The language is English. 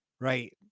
right